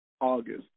August